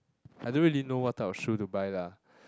I don't really know what type of shoe to buy lah